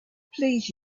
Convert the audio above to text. please